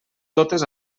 totes